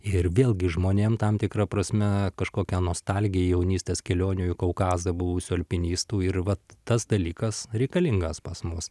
ir vėlgi žmonėm tam tikra prasme kažkokia nostalgija jaunystės kelionių į kaukazą buvusių alpinistų ir vat tas dalykas reikalingas pas mus